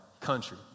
country